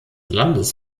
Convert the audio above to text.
landes